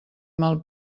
mal